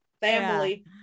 family